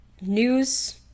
news